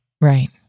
Right